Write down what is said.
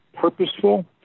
purposeful